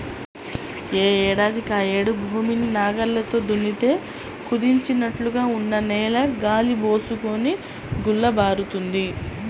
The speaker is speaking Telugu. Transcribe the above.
యే ఏడాదికాయేడు భూమిని నాగల్లతో దున్నితే కుదించినట్లుగా ఉన్న నేల గాలి బోసుకొని గుల్లబారుతుంది